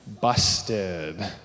Busted